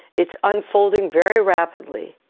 it's unfolding very rapidly,